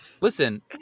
Listen